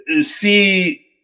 see